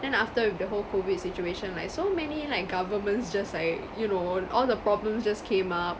then after with the whole COVID situation like so many like governments just like you know all the problems just came up